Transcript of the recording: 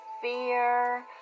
fear